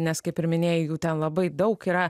nes kaip ir minėjai jų ten labai daug yra